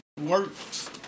works